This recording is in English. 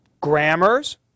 grammars